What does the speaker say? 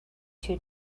two